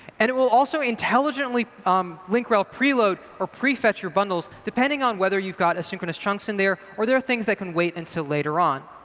and it will also intelligently um link rel preload or prefetch your bundles, depending on whether you've got asynchronous chunks in there, or there are things that can wait until later on.